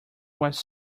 was